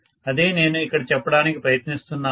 అదే నేను ఇక్కడ చెప్పడానికి ప్రయత్నిస్తున్నాను